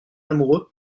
amoureux